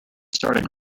started